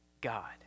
God